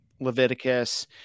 Leviticus